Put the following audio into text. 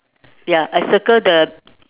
ya I circle the